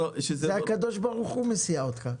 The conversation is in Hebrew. הקדוש ברוך הוא מסיע אותך.